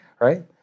Right